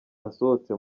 nasohotse